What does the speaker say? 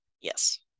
Yes